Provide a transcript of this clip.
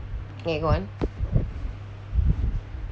may go on